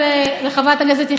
שדיברה על מהות הנאום.